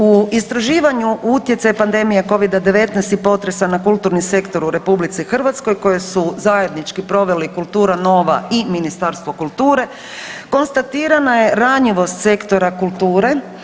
U istraživanju utjecaj pandemija Covida-19 i potresa na kulturni sektor u RH koji su zajednički proveli Kultura nova i Ministarstvo kulture konstatirana je ranjivost sektora kulture.